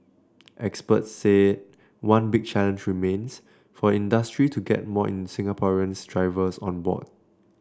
experts said one big challenge remains for the industry to get more Singaporeans drivers on board